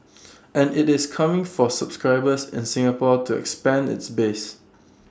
and IT is coming for subscribers in Singapore to expand its base